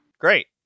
Great